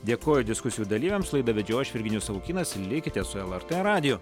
dėkoju diskusijų dalyviams laidą vedžiau aš virginijus savukynas likite su lrt radiju